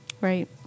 Right